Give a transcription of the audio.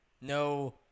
no